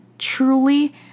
truly